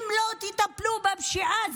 אם לא תטפלו בפשיעה,